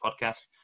podcast